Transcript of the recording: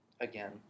Again